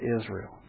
Israel